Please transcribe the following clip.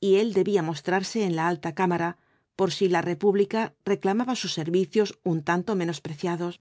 y él debía mostrarse en la alta cámara por si la república reclamaba sus servicios un tanto menospreciados